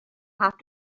have